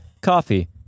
coffee